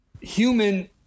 human